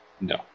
No